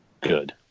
good